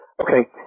Okay